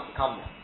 come